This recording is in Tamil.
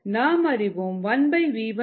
நாம் அறிவோம் 1v1 என்பது vm